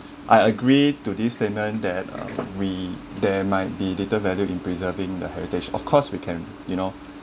I agree to this statement that uh we there might be little value in preserving the heritage of course we can you know